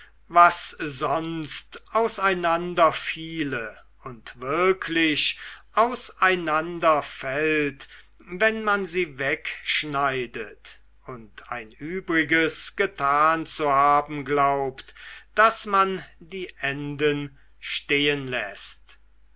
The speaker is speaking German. was sonst auseinanderfiele auch wirklich auseinanderfällt wenn man sie wegschneidet und ein übriges getan zu haben glaubt daß man die enden